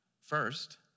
first